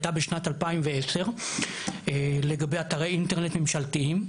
הייתה בשנת 2010 לגבי אינטרנט ממשלתיים,